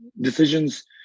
Decisions